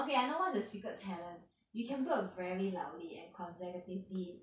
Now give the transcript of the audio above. okay I know what's your secret talent you can burp very loudly and consecutively